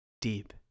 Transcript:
deep